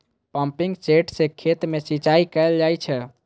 pumping set सं खेत मे सिंचाई कैल जाइ छै